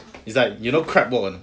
it's like you know crab walk or not